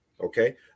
Okay